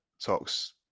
talks